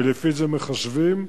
ולפי זה הם מחשבים.